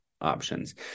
options